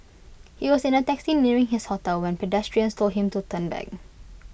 he was in A taxi nearing his hotel when pedestrians told him to turn back